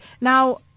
Now